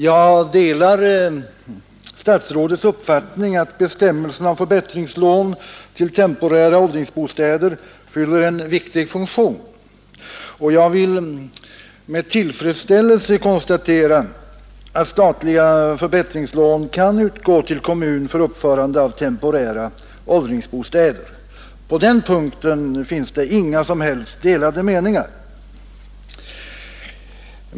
Jag delar statsrådets uppfattning att bestämmelserna om förbättringslån till temporära åldringsbostäder fyller en viktig funktion. Det är med tillfredsställelse jag konstaterar att statliga förbättringslån kan utgå till kommun för uppförande av sådana åldringsbostäder. På den punkten har vi inga delade meningar.